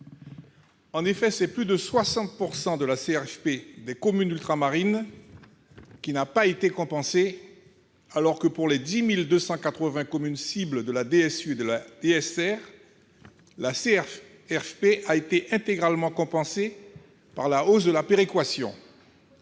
En effet, ce sont plus de 60 % de la CRFP des communes ultramarines qui n'ont pas été compensés, alors que pour les 10 280 communes cibles de la DSU et de la DSR, la CRFP a été intégralement compensée par la hausse de la péréquation.